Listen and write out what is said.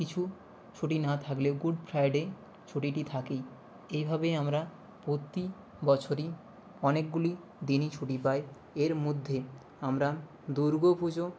কিছু ছুটি না থাকলেও গুড ফ্রাইডে ছুটিটি থাকেই এইভাবে আমরা প্রতি বছরই অনেকগুলি দিনই ছুটি পাই এর মধ্যে আমরা দুর্গা পুজো